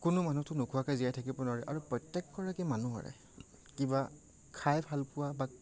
কোনো মানুহটো নোখোৱাকৈ জীয়াই থাকিব নোৱাৰে আৰু প্ৰত্য়েকগৰাকী মানুহৰে কিবা খাই ভাল পোৱা বা কিবা